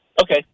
Okay